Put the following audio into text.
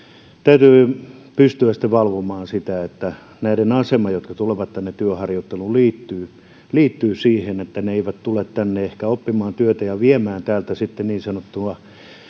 täytyy pystyä sitten valvomaan sitä että näiden asema jotka tulevat tänne työharjoitteluun liittyy liittyy siihen että he eivät tule tänne ehkä oppimaan työtä ja viemään täältä sitten niin sanottuna